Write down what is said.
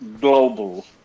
global